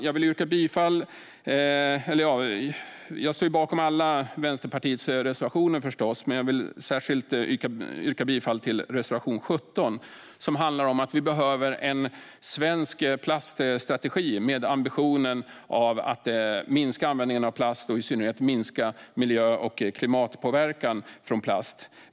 Jag står förstås bakom alla Vänsterpartiets reservationer, men jag vill yrka bifall särskilt till reservation 17. Den handlar om att vi behöver en svensk plaststrategi med ambitionen att minska användningen av plast och i synnerhet minska miljö och klimatpåverkan från plast.